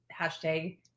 hashtag